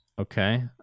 Okay